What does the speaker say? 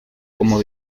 como